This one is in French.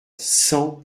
cent